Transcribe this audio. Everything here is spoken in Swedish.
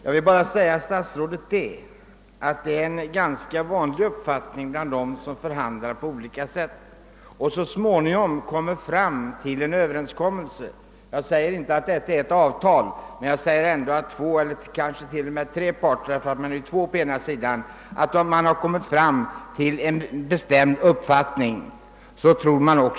Det är, herr statsråd, en ganska bestämd uppfattning bland dem som förhandlar på olika sätt och så småningom kommer överens — jag påstår inte att detta är ett avtal, men det är ändå två eller kanske t.o.m. tre parter som träffat en överenskommelse — att detta skall leda till det resultat man kommit överens om.